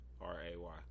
R-A-Y